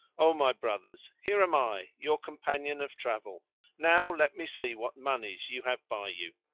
o my brothers, here am i, your companion of travel now let me see what monies you have by you.